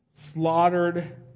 slaughtered